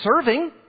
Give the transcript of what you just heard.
serving